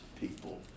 people